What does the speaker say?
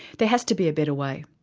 there has to be a better way.